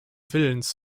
willens